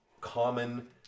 common